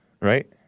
right